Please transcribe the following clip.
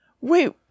Wait